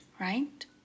right